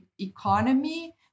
economy